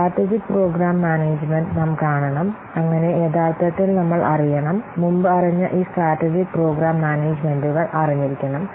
strategic program management നാം കാണണം അങ്ങനെ യഥാർത്ഥത്തിൽ നമ്മൾ അറിയണം മുമ്പ് അറിഞ്ഞ ഈ സ്ട്രാടെജിക്ക് പ്രോഗ്രാം മാനേജുമെന്റുകൾ അറിഞ്ഞിരിക്കണം